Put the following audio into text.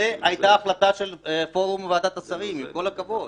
זו היתה ההחלטה של פורום ועדת השרים, עם כל הכבוד.